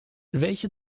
welche